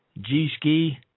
G-Ski